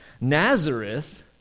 Nazareth